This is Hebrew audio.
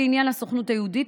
לעניין הסוכנות היהודית,